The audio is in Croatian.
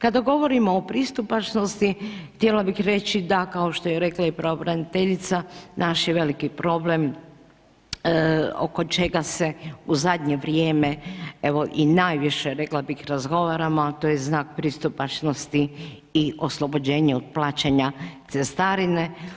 Kada govorimo o pristupačnosti, htjela bih reći da kao što je rekla i pravobraniteljica naš je veliki problem oko čega se u zadnje vrijeme evo i najviše rekla bih razgovaramo a to je znak pristupačnosti i oslobođenje od plaćanja cestarine.